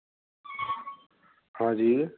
हाँ जी